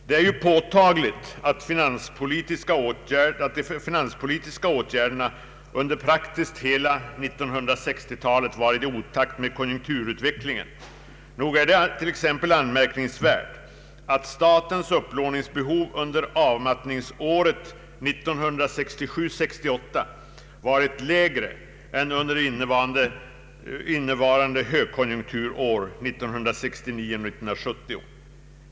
Det är påtagligt att de finanspolitiska åtgärderna under praktiskt taget hela 1960-talet varit i otakt med konjunkturutvecklingen. Nog är det t.ex. anmärkningsvärt att statens upplåningsbehov under avmattningsåret 1967 70.